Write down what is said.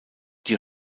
die